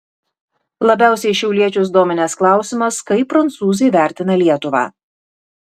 labiausiai šiauliečius dominęs klausimas kaip prancūzai vertina lietuvą